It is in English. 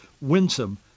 winsome